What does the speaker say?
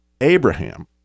Abraham